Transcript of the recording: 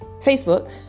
Facebook